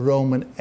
Roman